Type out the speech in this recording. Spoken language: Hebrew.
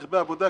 רכבי עבודה,